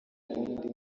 undi